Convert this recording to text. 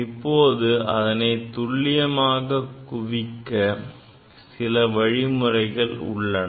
இப்போது அதனை துல்லியமாக குவிக்க சில வழிமுறைகள் உள்ளன